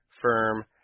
firm